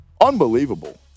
Unbelievable